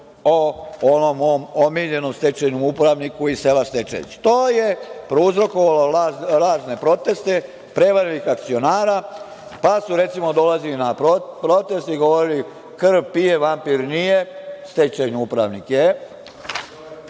mom omiljenom stečajnom upravniku iz sela „Stečajevci“. To je prouzrokovalo razne proteste prevarenih akcionara, pa su, recimo, dolazili na proteste i govorili – krv pije, vampir nije, stečajni upravnik je.